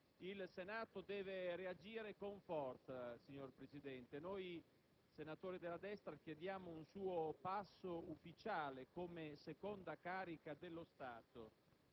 Nel Paese delle moschee, della tolleranza verso tutto e tutti, ormai si è intolleranti solo nei confronti della Chiesa e della religione cattolica.